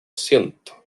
siento